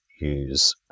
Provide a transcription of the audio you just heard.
use